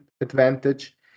advantage